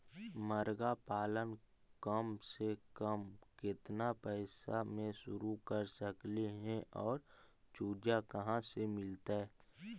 मरगा पालन कम से कम केतना पैसा में शुरू कर सकली हे और चुजा कहा से मिलतै?